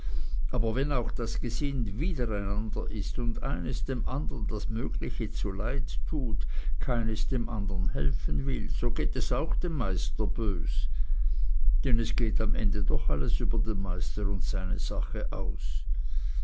aber wenn auch das gesind wider einander ist und eines dem andern das mögliche zuleid tut keines dem andern helfen will so geht es dem meister auch bös denn es geht am ende doch alles über den meister und seine sache aus